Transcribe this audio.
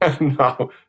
No